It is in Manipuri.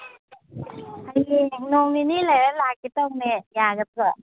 ꯍꯌꯦꯡ ꯅꯣꯡꯃ ꯅꯤꯅꯤ ꯂꯩꯔꯒ ꯂꯥꯛꯀꯦ ꯇꯧꯕꯅꯦ ꯌꯥꯒꯗ꯭ꯔꯣ